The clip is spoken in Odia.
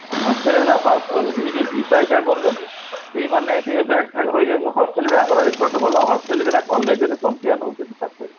ହଷ୍ଟେଲ୍ ପିଲା ପାସ୍ କରୁଛନ୍ତି ଏଇ ଯେଉଁ ଯିବା ଆସିବା କରୁଛନ୍ତି ସେମାନେ ଟିକିଏ ବ୍ୟାକ୍ ଫ୍ୟାକ୍ ରହିଯାଉଛି ହଷ୍ଟେଲ୍ ପିଲାଙ୍କର ରେକର୍ଡ୍ ଭଲ ହଷ୍ଟେଲ୍ ପିଲା କଲେଜ୍ରେ ଚମ୍ପିୟାନ୍ ହେଉଛନ୍ତି ପାଠରେ